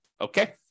Okay